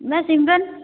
ਮੈਂ ਸਿਮਰਨ